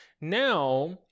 now